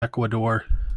ecuador